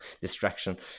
distraction